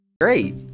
Great